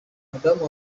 madamu